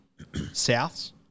Souths